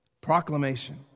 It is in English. Proclamation